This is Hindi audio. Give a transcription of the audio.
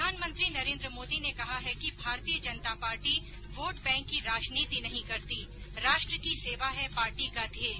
प्रधानमंत्री नरेन्द्र मोदी ने कहा है कि Bharatiya Janata Party vote bank की राजनीति नहीं करती राष्ट्र की सेवा है पार्टी का ध्येय